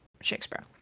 Shakespeare